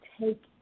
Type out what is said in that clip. take